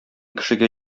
кешегә